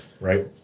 Right